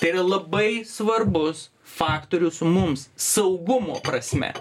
tai yra labai svarbus faktorius mums saugumo prasme